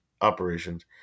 operations